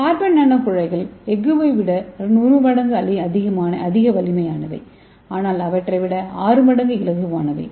carbon நானோகுழாய்கள் எஃகு விட 100 மடங்கு வலிமையானவை ஆனால் அவற்றை விட ஆறு மடங்கு இலகுவானவை